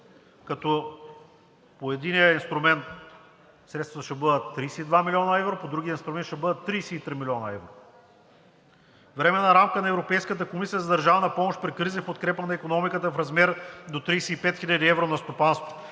Като по единия инструмент средствата ще бъдат 32 млн. евро, по другия инструмент ще бъдат 33 млн. евро. Временна рамка на Европейската комисия за държавна помощ при кризи в подкрепа на икономиката в размер до 35 хил. евро на стопанство.